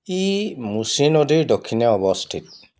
ই মুচি নদীৰ দক্ষিণে অৱস্থিত